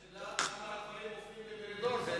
השאלה למה הדברים מופנים למרידור, זה